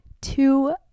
two